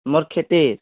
মোৰ খেতি